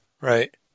Right